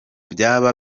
byaba